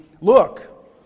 look